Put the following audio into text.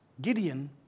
Gideon